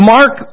Mark